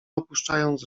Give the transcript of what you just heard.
opuszczając